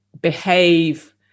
behave